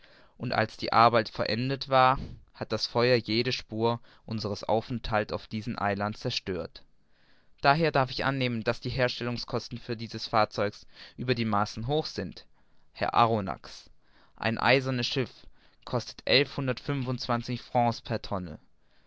und als die arbeit vollendet war hat das feuer jede spur unseres aufenthalts auf diesem eiland zerstört daher darf ich annehmen daß die herstellungskosten des fahrzeugs über die maßen hoch sind herr arronax ein eisernes schiff kostet